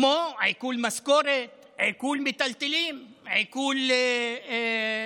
כמו עיקול משכורת, עיקול מיטלטלין, עיקול רכוש,